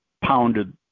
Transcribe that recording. pounded